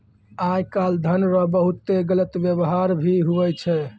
आय काल धन रो बहुते गलत वेवहार भी हुवै छै